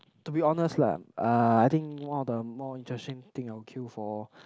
to be honest lah uh I think one of the more interesting thing I will queue for